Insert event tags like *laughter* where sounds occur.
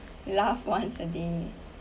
*laughs* laugh once a day